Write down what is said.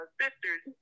sisters